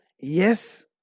yes